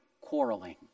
quarreling